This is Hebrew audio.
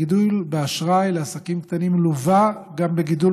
הגידול באשראי לעסקים קטנים לווה גם בגידול